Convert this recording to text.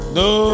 no